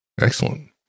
Excellent